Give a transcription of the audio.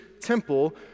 temple